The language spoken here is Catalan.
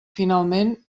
finalment